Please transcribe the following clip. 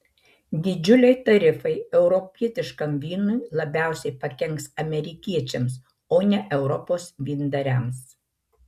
didžiuliai tarifai europietiškam vynui labiausiai pakenks amerikiečiams o ne europos vyndariams